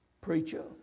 Preacher